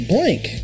Blank